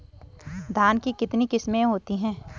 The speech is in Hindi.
धान की कितनी किस्में होती हैं?